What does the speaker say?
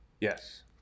Yes